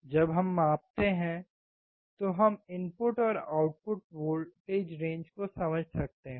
जब हम मापते हैं तो हम इनपुट और आउटपुट वोल्टेज रेंज को समझ सकते हैं